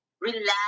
Relax